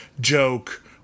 joke